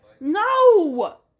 No